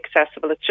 accessible